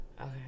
Okay